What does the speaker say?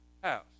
house